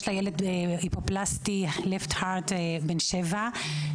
יש לה ילד בן שבע היפופלסטי של חדר שמאל של הלב.